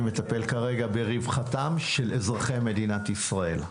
אני מטפל כרגע ברווחתם של אזרחי מדינת ישראל.